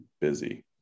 busy